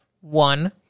One